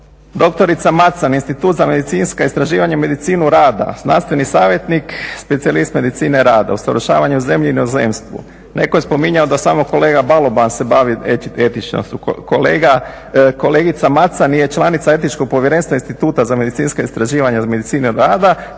Doktorica Macan Institut za medicinska istraživanja medicinu rada, znanstveni savjetnik, specijalist medicine rada, usavršavanje u zemlji i inozemstvu. Neko je spominjao da samo kolega Baloban se bavi etičnošću kolega. Kolegica Macan je članica Etičkog povjerenstva instituta za medicinska istraživanja medicine rada